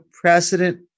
precedent